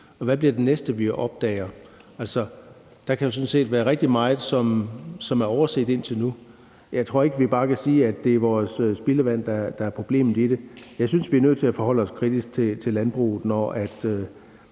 Og hvad bliver det næste, vi opdager? Der kan jo sådan set være rigtig meget, som er blevet overset indtil nu. Jeg tror ikke, at vi bare kan sige, at det er vores spildevand, der er problemet. Jeg synes, vi er nødt til at forholde os kritisk til landbruget, når man